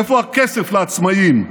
איפה הכסף לעצמאים?